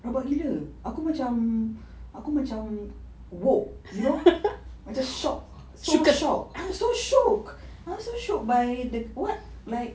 rabak gila aku macam aku macam woke you know macam shock so macam shock I'm so shook I'm so shook by the what like